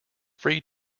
free